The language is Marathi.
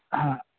हां